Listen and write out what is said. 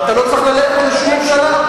ואתה לא צריך ללכת לשום ממשלה.